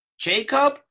Jacob